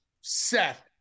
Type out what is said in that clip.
Seth